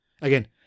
Again